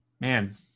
Man